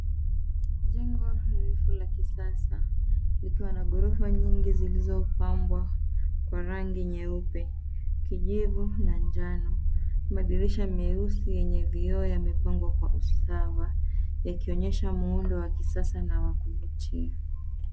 Jengo refu la kisasa likiwa na ghorofa nyingi zilizopambwa kwa rangi nyeupe, kijivu na njano. Madirisha meusi yenye vioo yamepangwa kwa usawa, yakionyesha muundo wa kisasa na wa kuvutia.